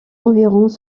environs